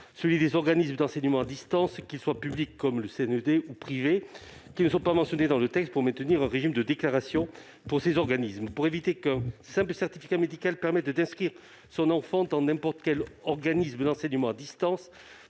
Centre national d'enseignement à distance (CNED), ou privés -, qui ne sont pas mentionnés dans le texte, afin de maintenir un régime de déclaration pour ces organismes. Pour éviter qu'un simple certificat médical permette d'inscrire son enfant dans n'importe quel organisme d'enseignement à distance,